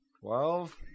Twelve